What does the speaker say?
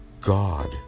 God